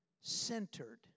centered